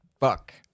Fuck